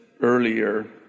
earlier